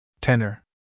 Tenor